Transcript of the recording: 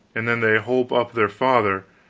and then they holp up their father,